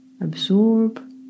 Absorb